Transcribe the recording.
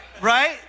right